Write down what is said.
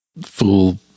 fool